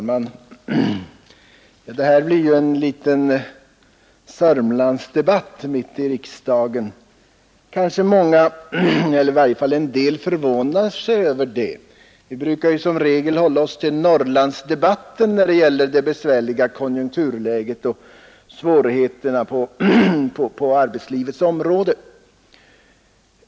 Fru talman! Här har vi nu fått en liten Sörmlandsdebatt mitt i det vanliga riksdagsarbetet, och det är kanske en del som förvånar sig över det. Annars brukar vi ju hålla oss till Norrlandsdebatter när det gäller besvärligheterna på arbetsmarknaden och svårigheterna på arbetslivets område.